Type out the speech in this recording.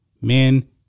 men